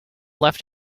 left